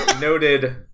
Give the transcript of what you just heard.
Noted